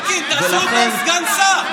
אלקין, תעשו אותה סגנית שר.